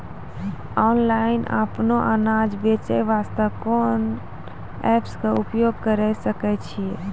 Online अपनो अनाज बेचे वास्ते कोंन एप्प के उपयोग करें सकय छियै?